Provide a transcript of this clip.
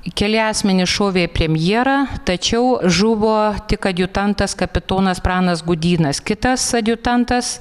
keli asmenys šovė į premjerą tačiau žuvo tik adjutantas kapitonas pranas gudynas kitas adjutantas